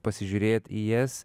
pasižiūrėt į jas